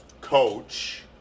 coach